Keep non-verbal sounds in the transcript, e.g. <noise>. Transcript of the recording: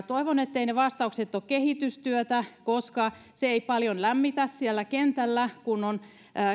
<unintelligible> toivon etteivät ne vastaukset ole kehitystyötä koska se ei paljon lämmitä siellä kentällä kun on